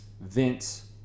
Vince